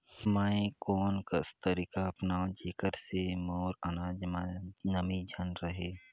मैं कोन कस तरीका अपनाओं जेकर से मोर अनाज म नमी झन रहे?